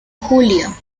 julio